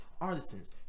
artisans